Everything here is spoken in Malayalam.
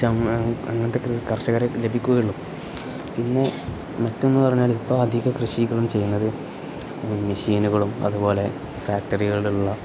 ച അങ്ങനത്തെ കർഷകരെ ലഭിക്കുകയുള്ളൂ പിന്നെ മറ്റൊന്ന് പറഞ്ഞാൽ ഇപ്പം അധികം കൃഷികളും ചെയ്യുന്നത് മെഷീനുകളും അതുപോലെ ഫാക്ടറികളിലുള്ള